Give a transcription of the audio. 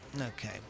Okay